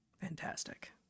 Fantastic